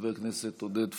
חבר הכנסת עודד פורר,